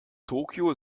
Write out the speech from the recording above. tokyo